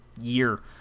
year